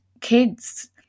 kids